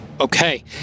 Okay